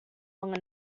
long